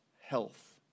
health